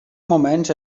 moments